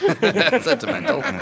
Sentimental